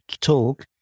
talk